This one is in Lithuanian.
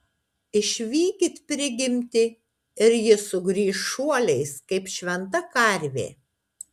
išvykit prigimtį ir ji sugrįš šuoliais kaip šventa karvė